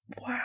Wow